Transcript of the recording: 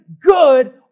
good